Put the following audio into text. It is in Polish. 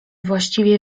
właściwie